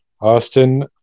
Austin